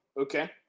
Okay